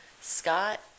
Scott